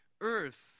earth